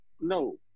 no